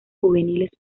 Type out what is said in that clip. juveniles